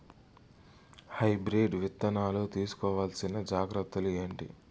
Hybrid విత్తనాలు తీసుకోవాల్సిన జాగ్రత్తలు ఏంటి?